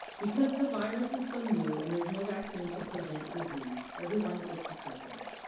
because the virus is so new and there's no vaccine to prevent disease, everyone is susceptible.